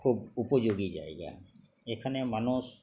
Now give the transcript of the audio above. খুব উপযোগী জায়গা এখানে মানুষ